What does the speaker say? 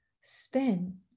spin